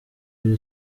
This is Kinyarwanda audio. iyo